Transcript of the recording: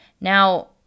Now